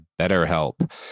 BetterHelp